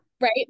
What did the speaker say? right